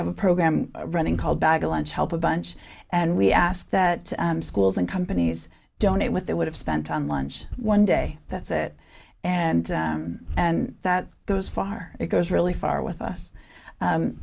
have a program running called bag a lunch help a bunch and we ask that schools and companies donate with their would have spent on lunch one day that's it and and that goes far it goes really far with us